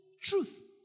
truth